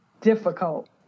difficult